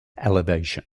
elevation